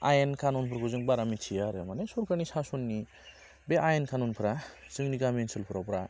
आयेन खानुनफोरखौ जों बारा मोन्थिया आरो माने सरखारनि सासननि बे आयेन कानुनफोरा जोंनि गामि ओनसोलफोराव बारा